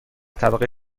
طبقه